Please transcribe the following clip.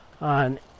on